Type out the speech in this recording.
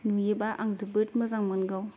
नुयोबा आं जोबोद मोजां मोनगौ